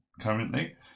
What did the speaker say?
currently